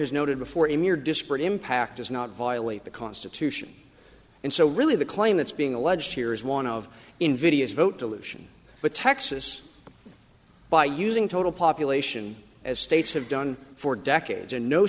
as noted before a mere disparate impact does not violate the constitution and so really the claim that's being alleged here is one of invidious vote dilution but texas by using total population as states have done for decades and no